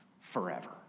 forever